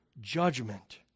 judgment